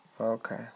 Okay